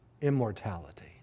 immortality